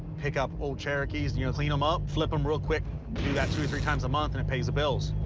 pick up old cherokees, and you know, clean em up, flip em real quick. do that two or three times a month and it pays the bills.